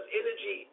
energy